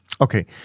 okay